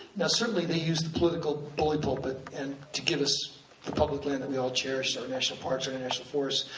now certainly they used the political bully pulpit and to give us the public land that we all cherish, our so national parks or the national forests,